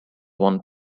won